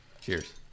cheers